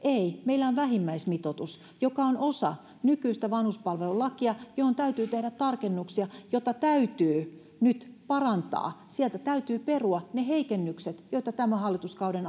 ei meillä on vähimmäismitoitus joka on osa nykyistä vanhuspalvelulakia johon täytyy tehdä tarkennuksia jota täytyy nyt parantaa sieltä täytyy perua ne heikennykset joita tämän hallituskauden